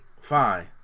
fine